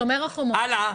הלאה.